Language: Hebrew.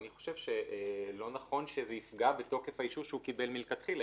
אני חושב שלא נכון שזה יפגע בתוקף האישור שהוא קיבל מלכתחילה,